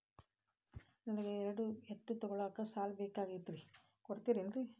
ನನಗ ಎರಡು ಎತ್ತು ತಗೋಳಾಕ್ ಸಾಲಾ ಬೇಕಾಗೈತ್ರಿ ಕೊಡ್ತಿರೇನ್ರಿ?